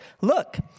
look